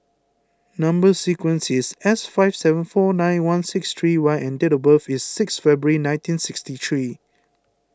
Number Sequence is S five seven four nine one six three Y and date of birth is six February nineteen sixty three